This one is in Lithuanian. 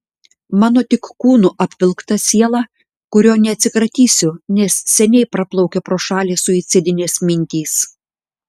mano tik kūnu apvilkta siela kurio neatsikratysiu nes seniai praplaukė pro šalį suicidinės mintys